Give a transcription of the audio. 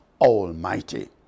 Almighty